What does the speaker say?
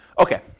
Okay